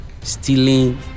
stealing